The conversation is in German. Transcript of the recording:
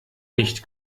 nicht